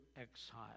exile